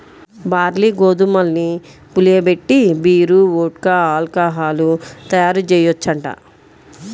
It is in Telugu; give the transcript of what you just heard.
బార్లీ, గోధుమల్ని పులియబెట్టి బీరు, వోడ్కా, ఆల్కహాలు తయ్యారుజెయ్యొచ్చంట